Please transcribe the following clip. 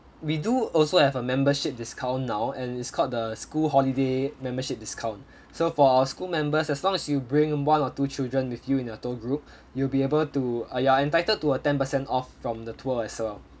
we do also have a membership discount now and it's called the school holiday membership discount so for our school members as long as you bring one or two children with you in your tour group you'll be able to uh you are entitled to a ten percent off from the tour as well